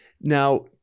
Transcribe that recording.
Now